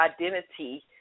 identity